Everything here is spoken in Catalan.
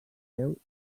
seu